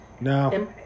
No